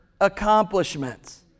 accomplishments